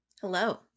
Hello